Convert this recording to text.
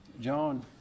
John